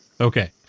okay